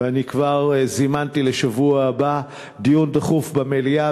ואני כבר זימנתי לשבוע הבא דיון דחוף במליאה